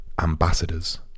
ambassadors